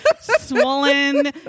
swollen